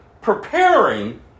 preparing